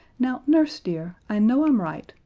now, nurse, dear, i know i'm right,